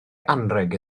anrheg